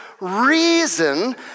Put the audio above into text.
reason